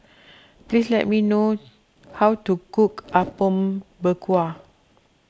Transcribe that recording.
please tell me how to cook Apom Berkuah